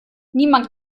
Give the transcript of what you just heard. niemand